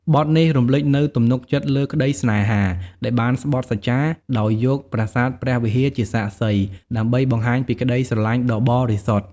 បទនេះរំលេចនូវទំនុកចិត្តលើក្តីស្នេហាដែលបានស្បថសច្ចា ដោយយកប្រាសាទព្រះវិហារជាសាក្សី ដើម្បីបង្ហាញពីក្តីស្រឡាញ់ដ៏បរិសុទ្ធ។